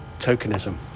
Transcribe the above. tokenism